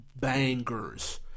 bangers